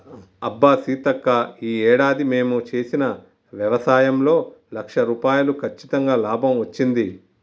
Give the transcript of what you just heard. అబ్బా సీతక్క ఈ ఏడాది మేము చేసిన వ్యవసాయంలో లక్ష రూపాయలు కచ్చితంగా లాభం వచ్చింది